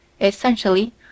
essentially